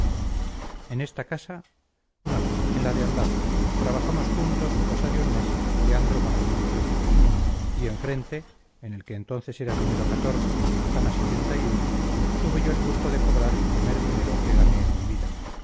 en esta casa no en la de al lado trabajamos juntos cosa de un mes leandro moratín y yo y enfrente en el que entonces era número de la manzana tuve yo el gusto de cobrar el primer dinero que gané en mi vida